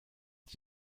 het